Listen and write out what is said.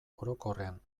orokorrean